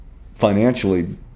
financially